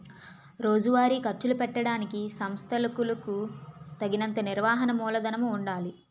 రోజువారీ ఖర్చులు పెట్టడానికి సంస్థలకులకు తగినంత నిర్వహణ మూలధనము ఉండాలి